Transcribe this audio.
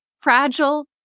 fragile